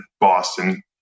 boston